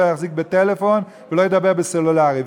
שלא יחזיק בטלפון ולא ידבר בסלולרי.